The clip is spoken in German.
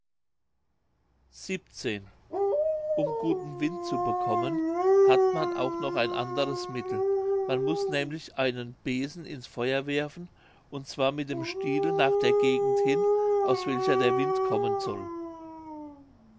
um guten wind zu bekommen hat man auch noch ein anderes mittel man muß nämlich einen besen ins feuer werfen und zwar mit dem stiele nach der gegend hin aus welcher der wind kommen soll